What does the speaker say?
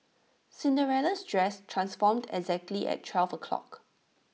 Cinderella's dress transformed exactly at twelve o'clock